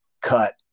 cut